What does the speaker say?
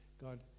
God